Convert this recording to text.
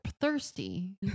thirsty